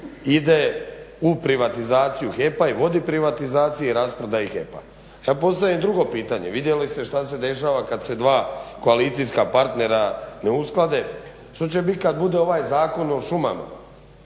ide u privatizaciju HEP-a i vodi privatizaciji i rasprodaji HEP-a. ja postavljam drugo pitanje, vidjeli ste šta se dešava kad se dva koalicijska partnera ne usklade. Što će biti kad bude ovaj Zakon o šumama,